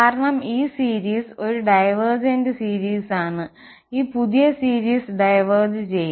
കാരണം ഈ സീരീസ് ഒരു ഡിവേര്ജന്റ് സീരീസ് ആണ് ഈ പുതിയ സീരീസ് ഡിവെർജ് ചെയ്യും